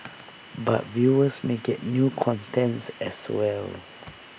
but viewers may get new content as well